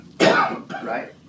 Right